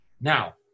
Now